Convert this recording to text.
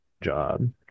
job